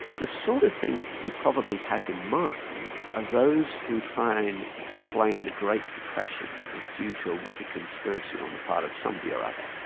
the sort of thing he probably has in mind are those who try and explain the great depression as due to a wicked conspiracy on the part of somebody or other,